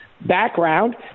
background